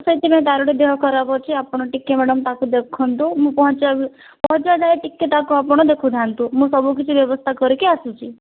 ସେଥିପାଇଁ ତା'ର ଟିକେ ଦେହ ଖରାପ ଅଛି ଆପଣ ଟିକେ ମ୍ୟାଡ଼ାମ୍ ଦେଖନ୍ତୁ ମୁଁ ପହଞ୍ଚିବା ଯାଏଁ ଟିକେ ତାକୁ ଆପଣ ଦେଖିଥାନ୍ତୁ ମୁଁ ସବୁ କିଛି ବ୍ୟବସ୍ଥା କରିକି ଆସୁଛି